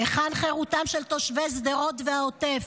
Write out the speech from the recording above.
היכן חירותם של תושבי שדרות והעוטף?